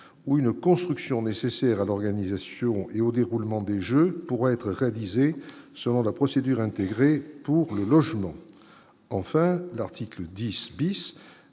ou une construction nécessaires à l'organisation et au déroulement des Jeux pourraient être réalisé, selon la procédure intégrée pour le logement, enfin, l'article 10 bis